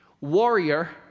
warrior